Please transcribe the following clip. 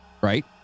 right